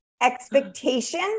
expectation